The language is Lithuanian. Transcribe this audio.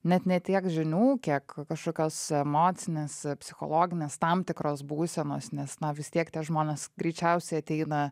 net ne tiek žinių kiek kažkokios emocinės psichologinės tam tikros būsenos nes na vis tiek tie žmonės greičiausiai ateina